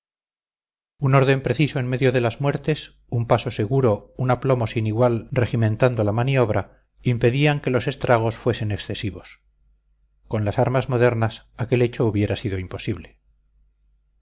un orden preciso en medio de las muertes un paso seguro un aplomo sin igual regimentando la maniobra impedían que los estragos fuesen excesivos con las armas modernas aquel hecho hubiera sido imposible